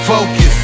Focus